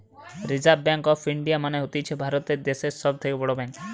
reserve bank of India মানে হতিছে ভারত দ্যাশের সব থেকে বড় ব্যাঙ্ক